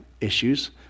issues